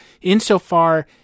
insofar